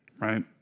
right